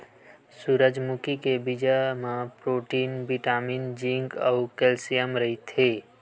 सूरजमुखी के बीजा म प्रोटीन, बिटामिन, जिंक अउ केल्सियम रहिथे